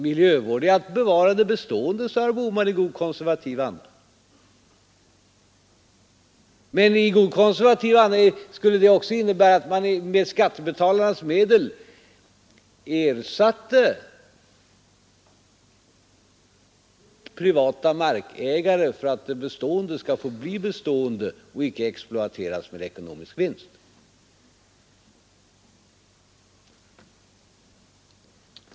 Miljövård är att bevara det bestående, sade herr Bohman i god konservativ anda, men i god konservativ anda skulle det också innebära att man med skattebetalarnas medel ersatte privata markägare för att det bestående skall få bli bestående och icke exploateras med ekonomisk vinst.